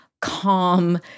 calm